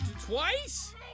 twice